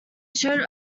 showed